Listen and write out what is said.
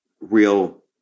real